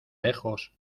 lejos